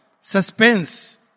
Suspense